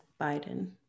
Biden